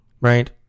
right